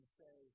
say